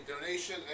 donation